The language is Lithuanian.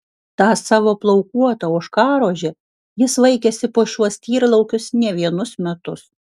tą savo plaukuotą ožkarožę jis vaikėsi po šiuos tyrlaukius ne vienus metus